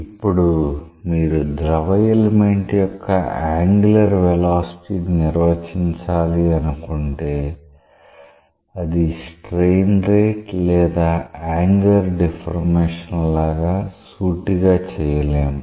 ఇప్పుడు మీరు ద్రవ ఎలిమెంట్ యొక్క యాంగులర్ వెలాసిటీ ని నిర్వచించాలి అనుకుంటే అది స్ట్రెయిన్ రేట్ లేదా యాంగులర్ డిఫార్మేషన్ లాగ సూటిగా చెయ్యలేము